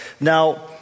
Now